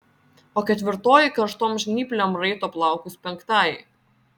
o ketvirtoji karštom žnyplėm raito plaukus penktajai